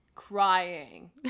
crying